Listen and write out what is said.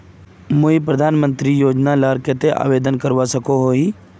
मुई प्रधानमंत्री योजना लार केते आवेदन करवा सकोहो ही?